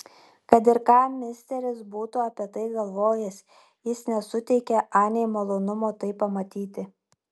kad ir ką misteris būtų apie tai galvojęs jis nesuteikė anei malonumo tai pamatyti